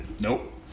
Nope